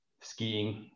skiing